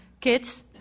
kids